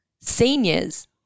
seniors